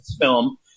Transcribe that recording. film